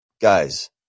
guys